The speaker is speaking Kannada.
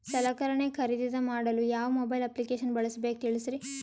ಸಲಕರಣೆ ಖರದಿದ ಮಾಡಲು ಯಾವ ಮೊಬೈಲ್ ಅಪ್ಲಿಕೇಶನ್ ಬಳಸಬೇಕ ತಿಲ್ಸರಿ?